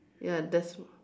ya that's